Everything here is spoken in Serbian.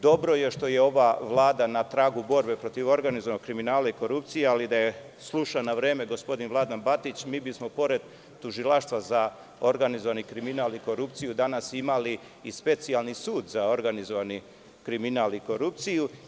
Dobro je što je ova Vlada na tragu borbe protiv organizovanog kriminala i korupcije, ali da je slušan na vreme gospodin Batić, mi bismo pored Tužilaštva za organizovani kriminal i korupciju danas imali i Specijalni sud za organizovani kriminal i korupciju.